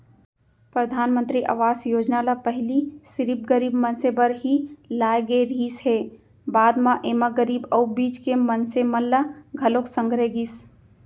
परधानमंतरी आवास योजना ल पहिली सिरिफ गरीब मनसे बर ही लाए गे रिहिस हे, बाद म एमा गरीब अउ बीच के मनसे मन ल घलोक संघेरे गिस